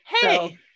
Hey